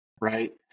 right